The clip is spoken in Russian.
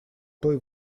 той